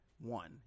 One